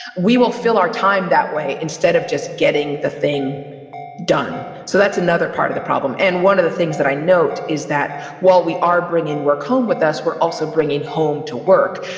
we will fill our time that way, instead of just getting the thing done so that's another part of the problem. and one of the things that i note is that while we are bringing work home with us, we're also bringing home to work.